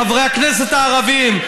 חברי הכנסת הערבים,